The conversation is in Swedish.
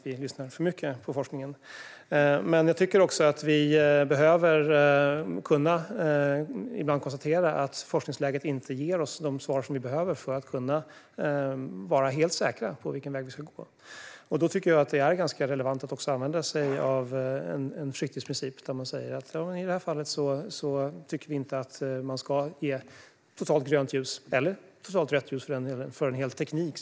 Ibland behöver vi dock även konstatera att forskningsläget inte ger oss de svar som vi behöver för att kunna vara helt säkra på vilken väg vi ska gå. Och då är det ganska relevant att också använda sig av en försiktighetsprincip och att säga: I det här fallet tycker vi inte att man ska ge totalt grönt ljus, eller för den delen totalt rött ljus, för en hel teknik.